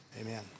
Amen